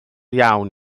iawn